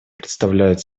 представляет